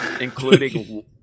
including